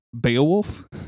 Beowulf